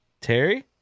Terry